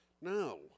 No